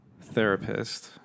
therapist